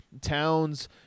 Towns